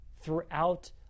throughout